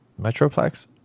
Metroplex